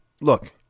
look